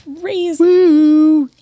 crazy